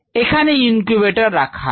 এখানে ইনকিউবেটরের রাখা আছে